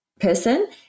person